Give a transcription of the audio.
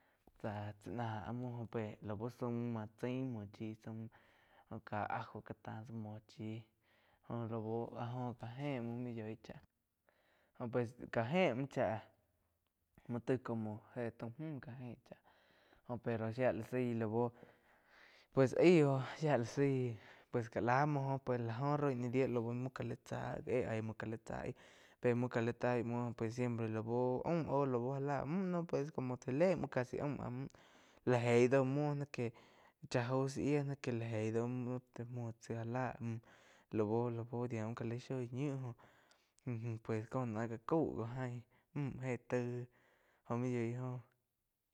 Cháah chá ná áh muo laú zaum máh cháin saum ká ajo jáh ta tsá muo chí jpi lau áh joh já éh muo, muoh yoi cháh jó pues ká jé muo cháh muo taíg como héh taum mü gía ein cháh jo pero shía la zaí laú pues aí óh zái pues ká la muo pues lá joh roi náh die lau uo gá la tsáh éh aíg muoh gá láh tzáh aí muoh gá lá taí muo. Pues siempre aum óh lau já lá mü no pues já lé muo casi aum áh müh láh geih do muo que chá jau záh yía náh que lá gei do ké gá lá lau ká la shoi ñiu pues có náh gá caú oh mü éh taí óh muo yói óh.